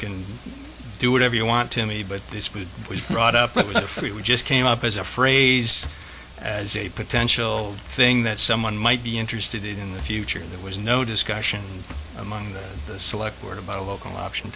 can do whatever you want to me but this week we brought up three we just came up as a phrase as a potential thing that someone might be interested in the future there was no discussion among the select word about a local option